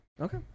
Okay